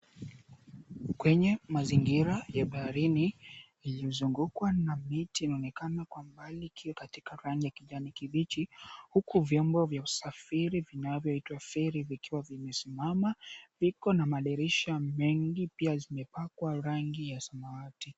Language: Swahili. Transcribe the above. Kwenye mazingira ya baharini, yenye iliyozungukwa na miti inayoonekana kwa mbali ikiwa katika rangi ya kijani kibichi, huku vyombo vya usafiri vinavyoitwa feri vikiwa vimesimama. Viko na madirisha mengi pia zimepakwa rangi ya samawati.